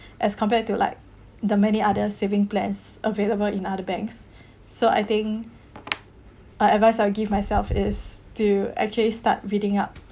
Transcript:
as compared to like the many other saving plans available in other banks so I think I advice I'll give myself is to actually start reading up